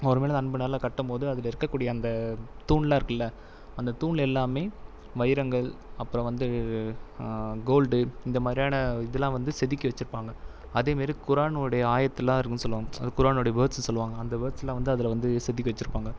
அவர் மேலே இருந்த அன்புனால் கட்டும்போது அதில் இருக்க கூடிய அந்த தூன்லாம் இருக்குல்ல அந்த தூன்னில் எல்லாமே வைரங்கள் அப்புறோ வந்து கோல்டு இந்தமாதிரியான இதுல்லாம் வந்து செதுக்கி வச்சுருப்பாங்கள் அதேமாதிரி குரான்னுடைய ஆயிரத்திலாரு சொல்லுவாங்கள் அது குரானுடைய வேர்ட்ஸ் சொல்லுவாங்கள் அந்த வேர்ட்ஸ்லாம் அதில் வந்து செதுக்கி வச்சுருப்பாங்க